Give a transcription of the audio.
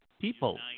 people